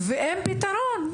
ואין פתרון.